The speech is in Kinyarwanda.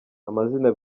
amazina